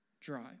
dry